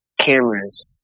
cameras